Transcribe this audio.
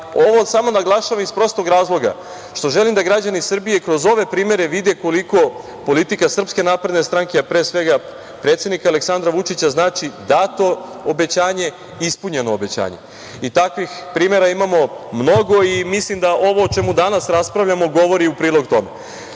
ovo samo naglašavam uz prostog razloga što želim da građani Srbije kroz ove primere koliko politika SNS, a pre svega predsednika Aleksandra Vučića znači dato obećanje – ispunjeno obećanje. Takvih primera imamo mnogo. Mislim da ovo o čemu danas raspravljamo govori u prilog